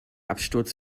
absturz